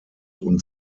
und